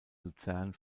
luzern